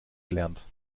gelernt